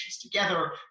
together